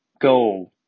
go